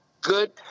good